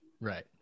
Right